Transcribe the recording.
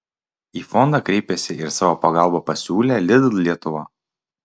į fondą kreipėsi ir savo pagalbą pasiūlė lidl lietuva